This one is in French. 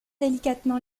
délicatement